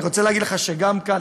אני רוצה להגיד לך שגם כאן,